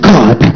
God